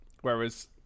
whereas